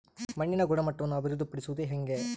ಮಣ್ಣಿನ ಗುಣಮಟ್ಟವನ್ನು ಅಭಿವೃದ್ಧಿ ಪಡಿಸದು ಹೆಂಗೆ?